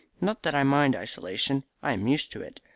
not that i mind isolation i am used to it.